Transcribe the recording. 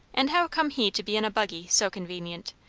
and how come he to be in a buggy, so convenient?